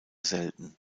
selten